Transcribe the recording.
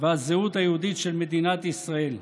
והזהות היהודית של מדינת ישראל.